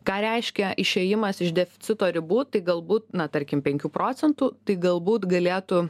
ką reiškia išėjimas iš deficito ribų tai galbūt na tarkim penkių procentų tai galbūt galėtų